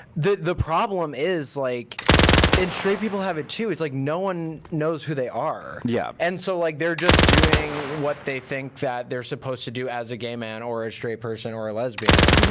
the the problem is, like and straight people have it too, it's like no one knows who they are. yeah and so like they're just doing what they think that they're supposed to do as a gay man or a straight person or a lesbian.